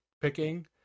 picking